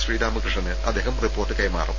ശ്രീരാമകൃഷ്ണന് അദ്ദേഹം റിപ്പോർട്ട് കൈമാറും